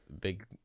big